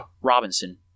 Robinson